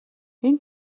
энэ